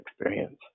experience